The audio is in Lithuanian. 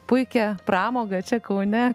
puikią pramogą čia kaune